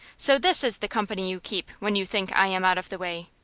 so this is the company you keep when you think i am out of the way!